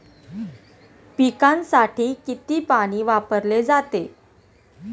पिकांसाठी किती पाणी वापरले जाते?